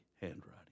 handwriting